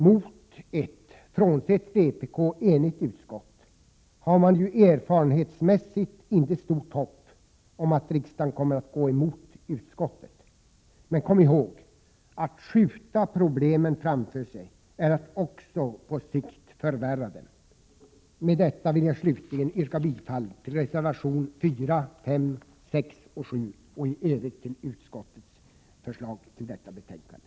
Med ett, frånsett vpk, enigt utskott har man ju erfarenhetsmässigt inte stort hopp om att riksdagen kommer att gå emot utskottet. Men kom ihåg: Att skjuta problemen framför sig är att också på sikt förvärra dem. Med detta vill jag slutligen yrka bifall till reservationerna 4, 5, 6 och 7 och i Övrigt till utskottets förslag i detta betänkande.